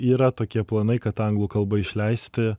yra tokie planai kad anglų kalba išleisti